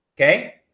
Okay